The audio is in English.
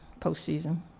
postseason